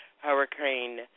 Hurricane